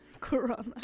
Corona